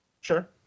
Sure